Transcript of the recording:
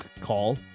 call